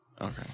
Okay